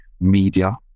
media